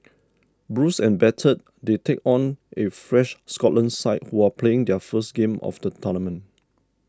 bruised and battered they take on a fresh Scotland side who are playing their first game of the tournament